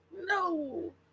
No